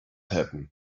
happen